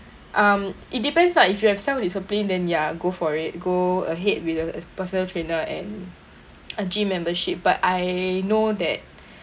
um it depends lah if you have self-discipline than ya go for it go ahead with a personal trainer and a gym membership but I know that